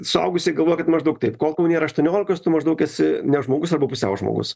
suaugusieji galvoja kad maždaug taip kol tau nėra aštuoniolikos tu maždaug esi ne žmogus arba pusiau žmogus